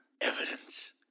Evidence